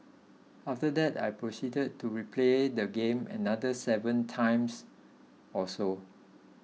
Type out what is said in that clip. after that I proceeded to replay the game another seven times or so